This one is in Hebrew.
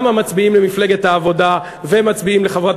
גם המצביעים למפלגת העבודה ומצביעים לחברת